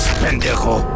pendejo